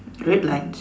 red lines